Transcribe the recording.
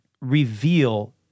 reveal